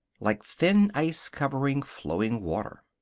like thin ice covering flowing water.